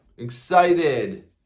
excited